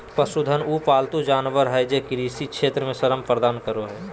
पशुधन उ पालतू जानवर हइ जे कृषि क्षेत्र में श्रम प्रदान करो हइ